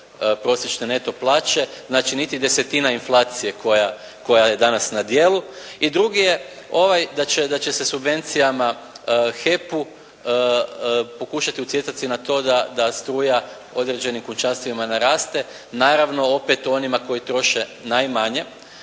prosječne neto plaće. Znači niti desetina inflacije koja je danas na djelu. I drugi je ovaj da će se subvencijama HEP-u pokušati utjecati na to da struja u određenim kućanstvima naraste. Naravno opet onima koji troše najmanje